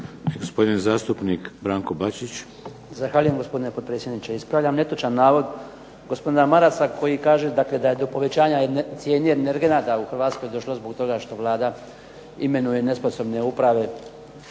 Gospodin zastupnik Branko Bačić. **Bačić, Branko (HDZ)** Zahvaljujem gospodine potpredsjedniče. Ispravljam netočan navod gospodina Marasa koji kaže kada je do povećanja cijene energenata u Hrvatskoj došlo zbog toga što Vlada imenuje nesposobne uprave